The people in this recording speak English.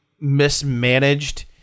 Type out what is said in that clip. mismanaged